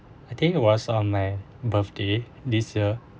I think it was on my birthday this year